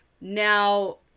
Now